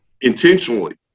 intentionally